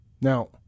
Now